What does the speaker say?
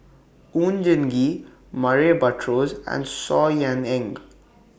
Oon Jin Gee Murray Buttrose and Saw Ean Ang